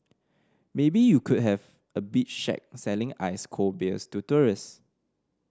maybe you could have a beach shack selling ice cold beers to tourist